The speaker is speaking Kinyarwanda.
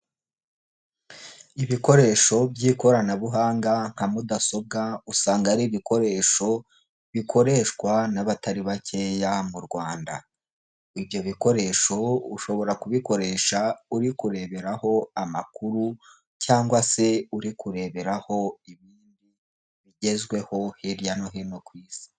Ibikoresho by'ikoranabuhanga nka mudasobwa usanga ari ibikoresho bikoreshwa n'abatari bakeya mu Rwanda, ibyo bikoresho ushobora kubikoresha uri kureberaho amakuru cyangwa se uri kureberaho ibindi bigezweho hirya no hino ku Isi.